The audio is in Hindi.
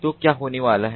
तो क्या होने वाला है